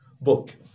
book